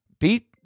beat